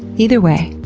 either way,